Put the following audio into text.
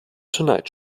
tonight